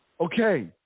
Okay